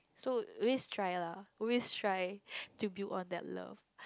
so at least try lah always try to be on that love